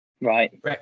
Right